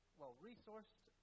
well-resourced